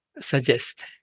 suggest